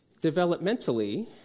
Developmentally